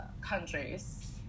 countries